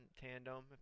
tandem